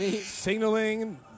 signaling